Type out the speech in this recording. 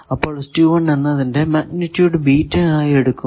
അപ്പോൾ എന്നതിന്റെ magnitude beta ആയി എടുക്കുന്നു